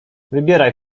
wybieraj